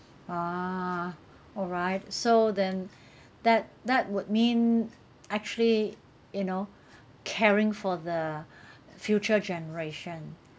ah alright so then that that would mean actually you know caring for the future generation so I think